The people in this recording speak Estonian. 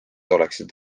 oleksid